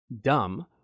dumb